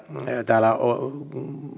täällä